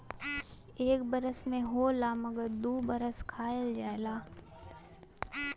एक बरस में होला मगर दू बरस खायल जाला